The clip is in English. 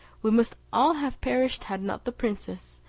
we must all have perished had not the princess,